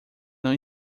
não